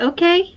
Okay